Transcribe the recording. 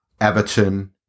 Everton